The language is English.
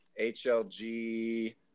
HLG